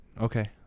okay